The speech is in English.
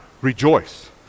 rejoice